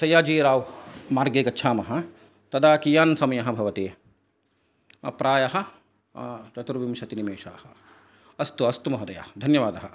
सैयाजीव राव् मार्गे गच्छामः तदा कियान् समयः भवति आ प्रायः चतुर्विंशतिनिमिषाः अस्तु अस्तु महोदया धन्यवादः